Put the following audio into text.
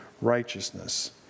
righteousness